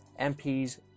MPs